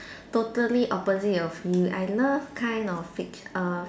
totally opposite of you I love kind of fic~ err